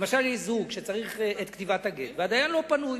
למשל יש זוג שצריך את כתיבת הגט, והדיין לא פנוי,